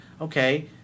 Okay